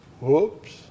Whoops